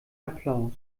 applaus